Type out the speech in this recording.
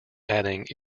adding